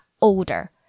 older